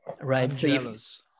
Right